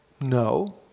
No